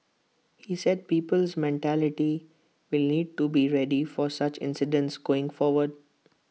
he said people's mentality will need to be ready for such incidents going forward